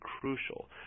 crucial